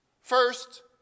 First